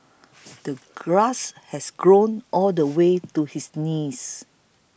the grass has grown all the way to his knees